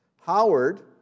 Howard